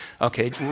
okay